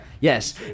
Yes